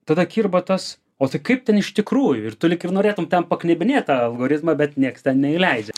tada kirba tas o tai kaip ten iš tikrųjų ir tu lyg ir norėtum ten paknebinėtą algoritmą bet nieks neįleidžia